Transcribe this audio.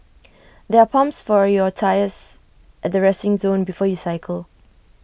there are pumps for your tyres at the resting zone before you cycle